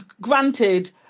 granted